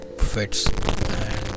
fits